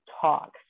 talk